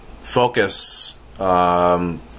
focus